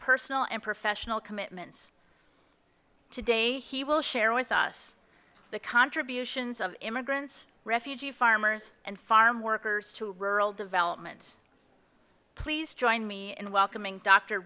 personal and professional commitments today he will share with us the contributions of immigrants refugee farmers and farm workers to rural development please join me in welcoming dr